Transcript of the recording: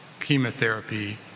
chemotherapy